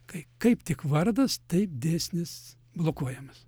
kai kaip tik vardas taip dėsnis blokuojamas